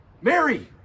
Mary